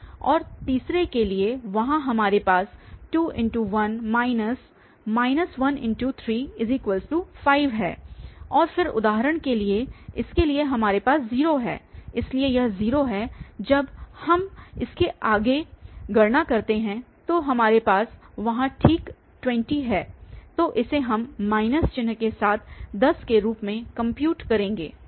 और तीसरे के लिए वहाँ हमारे पास2×1 1×35 है और फिर उदाहरण के लिए इसके लिए हमारे पास 0 है इसलिए यह 0 है जब हम इसके लिए अगे गणना करते हैं तो हमारे पास वहाँ ठीक 20 है तो इसे हम माइनस चिह्न के साथ 10 के रूप में कम्प्यूट करेंगे